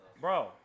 bro